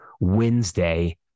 wednesday